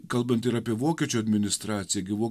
kalbant ir apie vokiečių administraciją gi